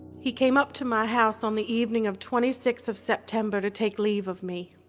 he came up to my house on the evening of twenty sixth of september to take leave of me.